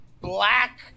black